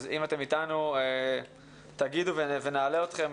אז אם אתם אתנו, תגידו ונעלה אתכם